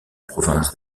province